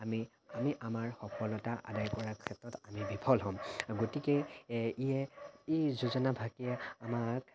আমি আমি আমাৰ সফলতা আদায় কৰা ক্ষেত্ৰত আমি বিফল হ'ম গতিকে ইয়ে এই যোজনাফাঁকিয়ে আমাক